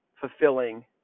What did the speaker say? fulfilling